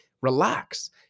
relax